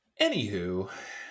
Anywho